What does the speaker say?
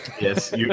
yes